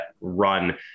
run